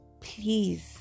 please